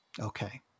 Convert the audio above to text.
Okay